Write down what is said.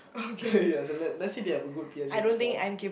yeah let's let's say they have a good P_S_L_E score